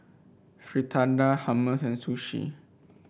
Fritada Hummus and Sushi